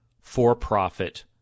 for-profit